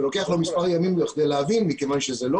זה לוקח לו מספר ימים כדי להבין מכיוון שזה לא